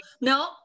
no